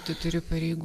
tu turi pareigų